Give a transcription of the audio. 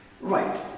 Right